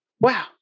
Wow